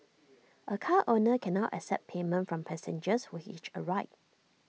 A car owner can now accept payment from passengers who hitch A ride